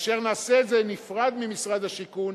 כאשר נעשה את זה בנפרד ממשרד השיכון,